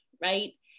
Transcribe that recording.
right